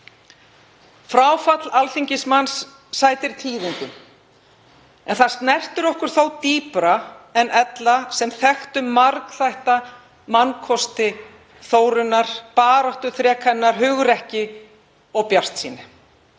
Fráfall alþingismanns sætir tíðindum en það snertir okkur þó dýpra en ella sem þekktum margþætta mannkosti Þórunnar, baráttuþrek, hugrekki og bjartsýni